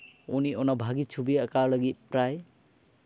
ᱩᱱᱤ ᱚᱱᱟ ᱵᱷᱟᱹᱜᱤ ᱪᱷᱚᱵᱤ ᱟᱸᱠᱟᱣ ᱞᱟᱹᱜᱤᱫ ᱯᱨᱟᱭ